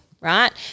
right